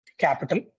Capital